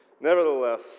nevertheless